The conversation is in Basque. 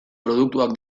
produktuak